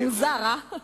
מוזר, הא?